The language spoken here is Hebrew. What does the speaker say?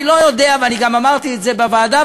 אני אמרתי את זה גם בוועדה,